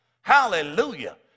Hallelujah